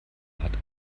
hat